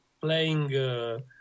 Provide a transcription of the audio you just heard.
playing